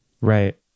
Right